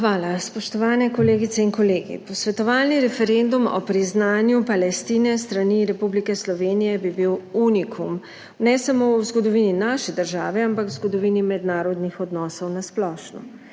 Hvala. Spoštovani kolegice in kolegi! Posvetovalni referendum o priznanju Palestine s strani Republike Slovenije bi bil unikum ne samo v zgodovini naše države, ampak v zgodovini mednarodnih odnosov na splošno.